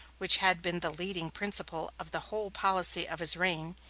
which had been the leading principle of the whole policy of his reign,